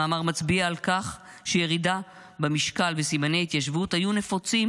המאמר מצביע על כך שירידה במשקל וסימני התייבשות היו נפוצים